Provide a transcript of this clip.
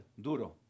duro